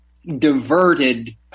diverted